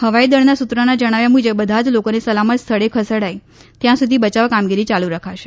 હવાઈ દળના સૂત્રોના જણાવ્યા મુજબ બધા જ લોકોને સલામત સ્થળે ખસેડાય ત્યાં સુધી બચાવ કામગીરી ચાલુ રખાશે